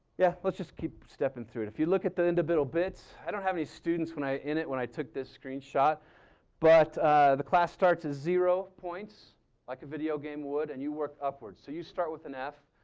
yeah, let's just keep stepping through it. if you look at the individual bits, i don't have any students when, in it when i took the screenshot but the class starts zero points like a video game would and you work upwards. so you start with an f.